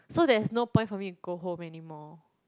so there is no point for me to go home anymore